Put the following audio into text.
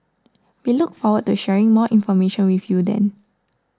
we look forward to sharing more information with you then